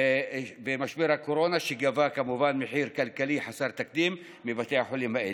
ומשבר הקורונה גבה כמובן מחיר כלכלי חסר תקדים מבתי החולים האלה.